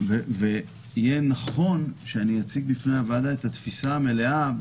ויהיה נכון שאני אציג בפני הוועדה את התפיסה המלאה,